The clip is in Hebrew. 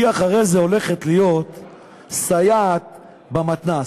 היא אחרי זה הולכת להיות סייעת במתנ"ס,